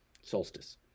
solstice